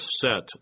set